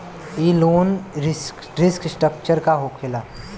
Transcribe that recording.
ई loan restructure का होखे ला?